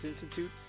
institute